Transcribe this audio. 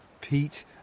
Pete